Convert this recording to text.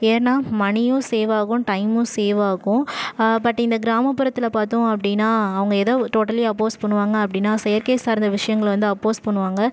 ஏன்னால் மணியும் சேவ் ஆகும் டைமும் சேவ் ஆகும் பட் இந்த கிராமபுறத்தில் பார்த்தோம் அப்படின்னா அவங்க எதை டோட்டலி அப்போஸ் பண்ணுவாங்க அப்படின்னா செயற்கை சார்ந்த விஷயங்களை வந்து அப்போஸ் பண்ணுவாங்க